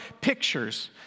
pictures